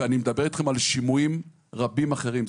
ואני מדבר איתכם על שימועים רבים אחרים.